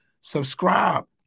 Subscribe